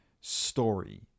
story